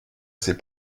sais